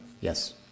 yes